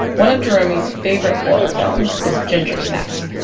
one of jeromey's favorite horror films is ginger snaps.